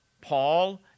Paul